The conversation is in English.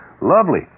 Lovely